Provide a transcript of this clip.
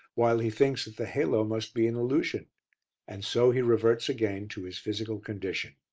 while he thinks that the halo must be an illusion and so he reverts again to his physical condition.